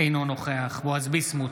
אינו נוכח בועז ביסמוט,